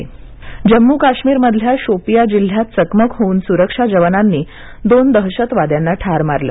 जम्म काश्मीर चकमक जम्मू काश्मीरमधल्या शोपिया जिल्हयात चकमक होऊन सुरक्षा जवानांनी दोन दहशतवाद्यांना ठार मारलं